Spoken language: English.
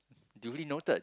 duly noted